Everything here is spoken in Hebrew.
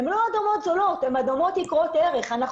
הן לא אדמות זולות, הן אדמות יקרות ערך.